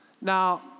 Now